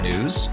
News